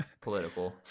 political